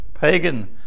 pagan